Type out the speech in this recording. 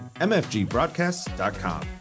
mfgbroadcast.com